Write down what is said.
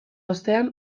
ostean